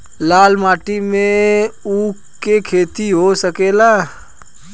लाल माटी मे ऊँख के खेती हो सकेला?